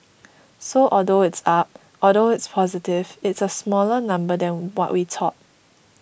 so although it's up although it's positive it's a smaller number than what we thought